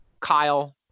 Kyle